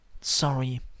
sorry